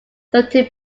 thirty